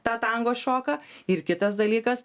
tą tango šoka ir kitas dalykas